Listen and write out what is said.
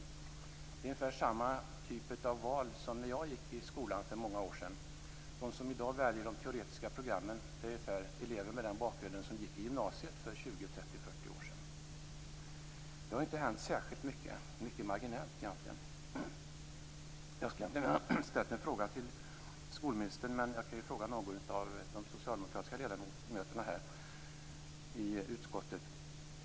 Det är ungefär samma typ av val som när jag gick i skolan för många år sedan. De som i dag väljer de teoretiska programmen är elever med samma bakgrund som de som gick i gymnasiet för 20-30 år sedan. Det har inte hänt särskilt mycket utan det är egentligen mycket marginella förändringar. Jag skulle ha ställt en fråga till skolministern, men jag kan i stället fråga någon av de socialdemokratiska ledamöterna i utskottet.